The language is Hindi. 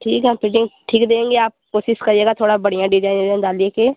ठीक है हम फिटिंग ठीक देंगे आप कोशिश करिएगा थोड़ा बढ़िया डिजाइन ओजाइन डालकर